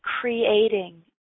creating